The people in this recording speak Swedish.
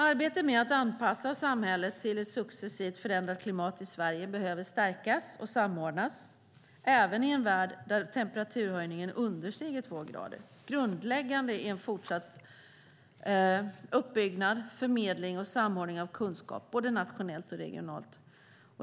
Arbetet med att anpassa samhället till ett successivt förändrat klimat i Sverige behöver stärkas och samordnas, även i en värld där temperaturhöjningen understiger två grader. Grundläggande är fortsatt uppbyggnad, förmedling och samordning av kunskap, både nationellt och regionalt.